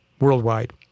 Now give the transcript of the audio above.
worldwide